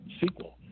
sequel